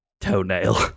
Toenail